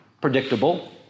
predictable